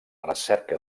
recerca